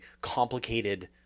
complicated